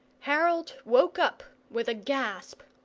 harold woke up with a gasp.